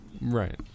Right